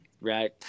Right